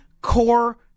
core